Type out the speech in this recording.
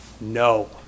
No